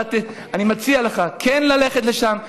אני מציע לך כן ללכת לשם,